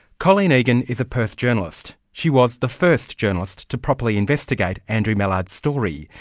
colleen egan is a perth journalist. she was the first journalist to properly investigate andrew mallard's story,